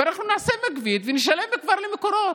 ואנחנו נעשה מגבית ונשלם כבר למקורות.